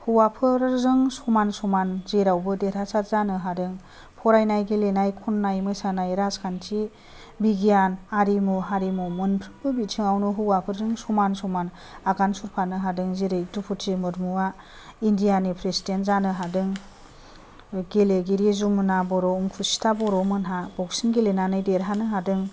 हौवाफोरजों समान समान जेरावबो देरहासार जानो हादों फरायनाय गेलेनाय खननाय मोसानाय राजखान्थि बिगियान आरिमु हारिमु मोनफ्रोमबो बिथिङावनो हौवाफोरजों समान समान आगान सुरफानो हादों जेरै द्रौपदि मुरमुया इण्डियानि प्रेसिडेन्ट जानो हादों गेलेगिरि जमुना बर' अंकुसिथा बर' मोनहा बक्सिं गेलेनानै देरहानो हादों